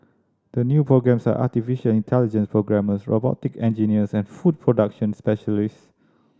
the new programmes are artificial intelligence programmers robotic engineers and food production specialist